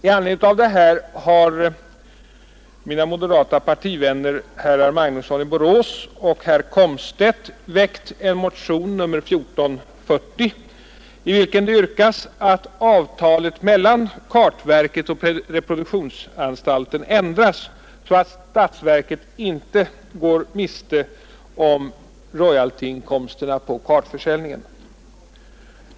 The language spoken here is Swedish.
I anledning av detta har mina moderata partivänner herr Magnusson i Borås och herr Komstedt väckt motionen 1440 i vilken yrkas att avtalet mellan kartverket och reproduktionsanstalten ändras så att statsverket inte går miste om royaltyinkomsterna på kartförsäljningen.